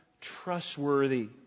trustworthy